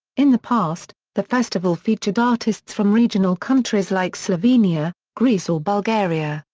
in the past, the festival featured artists from regional countries like slovenia, greece or bulgaria,